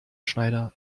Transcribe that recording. schneider